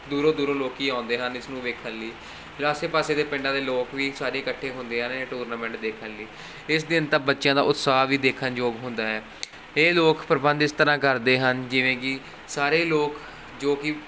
ਦੂਰੋਂ ਦੂਰੋਂ ਲੋਕ ਆਉਂਦੇ ਹਨ ਇਸਨੂੰ ਵੇਖਣ ਲਈ ਜਿਹੜਾ ਆਸੇ ਪਾਸੇ ਦੇ ਪਿੰਡਾਂ ਦੇ ਲੋਕ ਵੀ ਸਾਰੇ ਇਕੱਠੇ ਹੁੰਦੇ ਹਨ ਇਹ ਟੂਰਨਾਮੈਂਟ ਦੇਖਣ ਲਈ ਇਸ ਦਿਨ ਤਾਂ ਬੱਚਿਆਂ ਦਾ ਉਤਸਾਹ ਵੀ ਦੇਖਣ ਯੋਗ ਹੁੰਦਾ ਹੈ ਇਹ ਲੋਕ ਪ੍ਰਬੰਧ ਇਸ ਤਰ੍ਹਾਂ ਕਰਦੇ ਹਨ ਜਿਵੇਂ ਕਿ ਸਾਰੇ ਲੋਕ ਜੋ ਕਿ